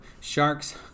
sharks